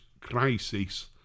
crisis